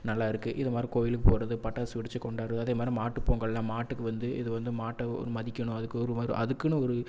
நல்லா இருக்குது இது மாரி கோவிலுக்கு போகிறது பட்டாசு வெடித்து கொண்டாடுறது அதே மாரி மாட்டுப் பொங்கலில் மாட்டுக்கு வந்து இது வந்து மாட்டை ஒரு மதிக்கணும் அதுக்கு ஒரு அதுக்குன்னு ஒரு